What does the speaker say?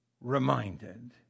reminded